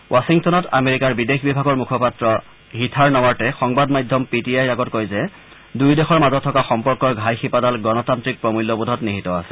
ৱাচিংটনত আমেৰিকাৰ বিদেশ বিভাগৰ মুখপাত্ৰ হীথাৰ নৰাৰ্টে সংবাদ মাধ্যম পি টি আইৰ আগত কয় যে দুয়োদেশৰ মাজত থকা সম্পৰ্কৰ ঘাই শিপাডাল গণতান্ত্ৰিক প্ৰমূল্যবোধত নিহিত আছে